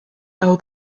how